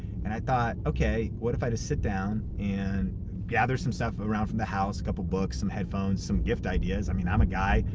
and i thought, okay, what if i just sit down, and gather some stuff around from the house, couple books, some headphones, some gift ideas, i mean, i'm a guy.